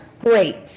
great